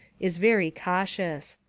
is very cautious.